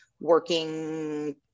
working